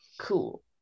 Cool